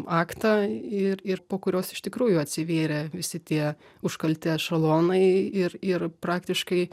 aktą ir ir po kurios iš tikrųjų atsivėrė visi tie užkalti ešalonai ir ir praktiškai